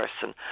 person